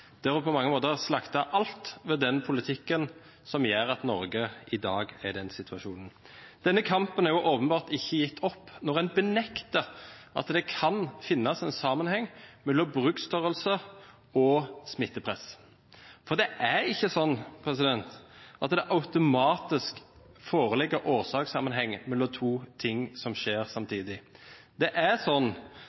på mange måter slaktet alt ved den politikken som gjør at Norge i dag er i den situasjonen. Denne kampen er åpenbart ikke gitt opp, når en benekter at det kan finnes en sammenheng mellom bruksstørrelse og smittepress. For det er ikke sånn at det automatisk foreligger en årsakssammenheng mellom to ting som skjer samtidig. Det er